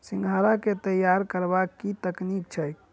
सिंघाड़ा केँ तैयार करबाक की तकनीक छैक?